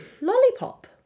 Lollipop